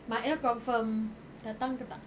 mail confirmed datang ke tak